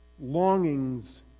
longings